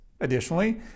Additionally